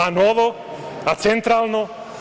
A Novo, a Centralno?